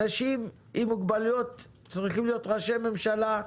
אנשים עם מוגבלויות צריכים להיות ראשי ממשלה,